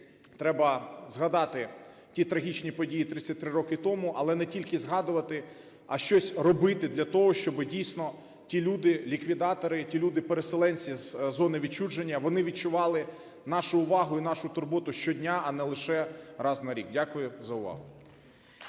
треба згадати ті трагічні події 33 роки тому, але не тільки згадувати, а щось робити, для того щоб, дійсно, ті люди-ліквідатори і ті люди-переселенці з зони відчуження вони відчували нашу увагу і нашу турботу щодня, а не лише раз на рік. Дякую за увагу.